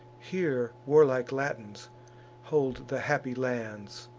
here warlike latins hold the happy lands.